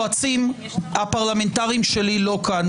אם היועצים הפרלמנטריים שלי לא כאן,